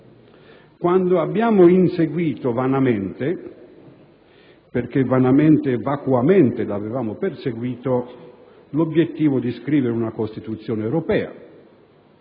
quando abbiamo inseguito vanamente (perché vanamente e vacuamente l'avevamo perseguito) l'obiettivo di scrivere una Costituzione europea